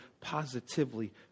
positively